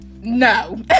no